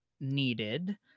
needed